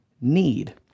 need